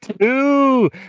two